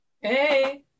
Hey